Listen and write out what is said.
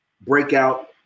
Breakout